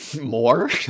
more